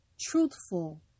truthful